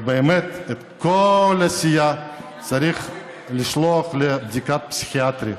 באמת את כל הסיעה צריך לשלוח לבדיקה פסיכיאטרית,